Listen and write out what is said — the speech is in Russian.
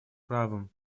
правом